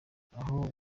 aho